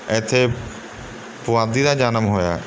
ਇੱਥੇ ਪੁਆਧੀ ਦਾ ਜਨਮ ਹੋਇਆ